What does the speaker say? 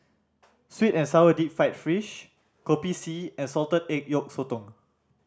sweet and sour deep fried fish Kopi C and salted egg yolk sotong